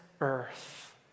earth